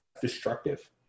destructive